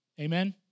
Amen